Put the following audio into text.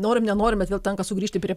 norim nenorim bet vėl tenka sugrįžti prie